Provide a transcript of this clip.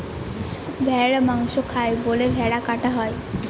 ভেড়ার মাংস খায় বলে ভেড়া কাটা হয়